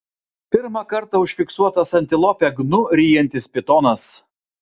pirmą kartą užfiksuotas antilopę gnu ryjantis pitonas